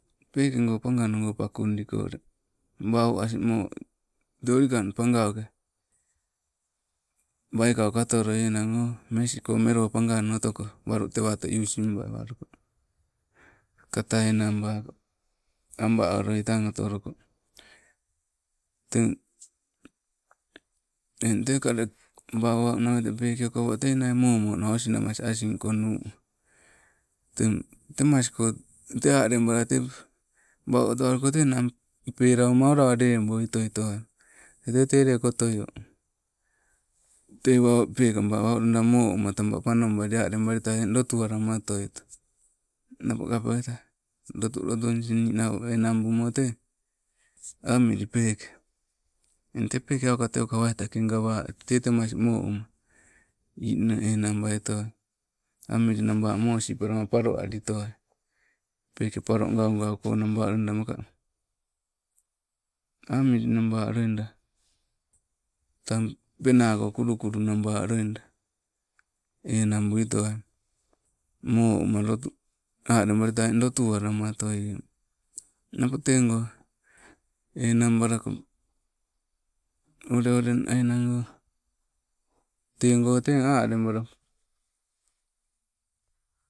Pekego paganogo pakundiko ulle, wau asin mo, te ulikan pagauke, waikauka otoloi enang o, mesiko melo pagano oto ko walu tewoto usimba waluko. Kata enangbako, aba olio tang otoloko, teng eng teka ule, waumau nawete peke okopo teinai momo nawa osi namas asing konu. Teng, temasko, te alebala tep, wau otowa luko nang, pelawoma olowa leboi otoi towai tete telenko otoio. Tei wau, pekaba wau loida moo uma, taba panobali alembalitoai, eng lotu alama otoito. Napo kapeta, lotulotu nis ninau enang bumo tee, amili pek, eng tee peekauka aukatenka waitake gawa, tee temas mo umo, niinna enang bali towai, amilinaba mosipalama alo alitoai, peeke palo gaugau konaba. Amili naba loida, tang penaa ko kulukulu naba loida enang bulitoai mo uma lotu, anabalitoai eng lotu alama otoie. Napo tego enang balako ole oleng enang o, tego tee alebala.